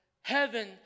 heaven